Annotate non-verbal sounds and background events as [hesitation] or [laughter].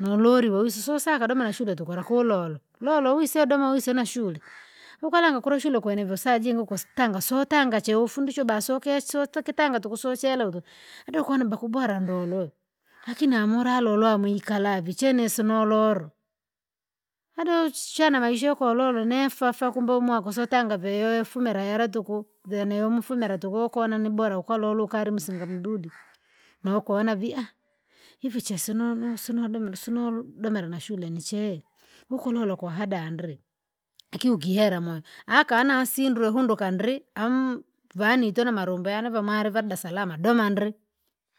nololi weusi sosaka ukadoma nashule tuku lakulolo, lolo wise udona wise nashule ukalanga kure shule kwenevo saa jingi kusi tanga sotanga cheufundishwa basokeso tokitanga tuku sosyelole, adi ukuona bakubora ndoulole, lakini amula lolwa mwikalavi chenisonololo. Ade uchichana maisha yokololo nefafa kumbe umwaka usotanga viwewe ufumira hera tuku, vene umufumire tuku yokona ni bora ukalolo ukali msinga vidudi nokona vii [hesitation] hivi chesinono sinodomera sinouli domera nashure nichee, ukolola ukwahada ndree lakini ukihera mwe akana sindrwe hundu kandri amu- vanitona namalumbe aniva malimadasalama doma ndri.